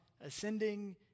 ascending